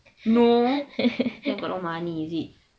no got a lot of money is it